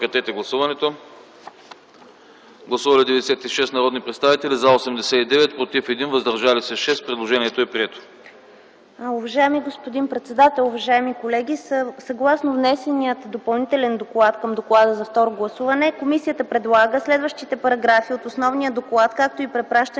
доклад. Гласували 96 народни представители: за 89, против 1, въздържали се 6. Предложението е прието. ДОКЛАДЧИК ДЕСИСЛАВА АТАНАСОВА: Уважаеми господин председател, уважаеми колеги! Съгласно внесения Допълнителен доклад към Доклада за второ гласуване, комисията предлага следващите параграфи от основния доклад, както и препращанията